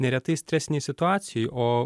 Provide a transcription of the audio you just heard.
neretai stresinėj situacijoj o